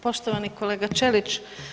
Poštovani kolega Ćelić.